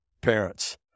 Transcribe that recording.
parents